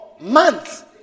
months